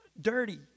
dirty